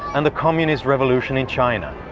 and the communist revolution in china,